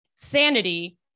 Sanity